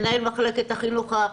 מנהל מחלקת החינוך,